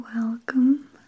Welcome